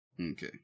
Okay